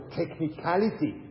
technicality